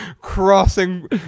crossing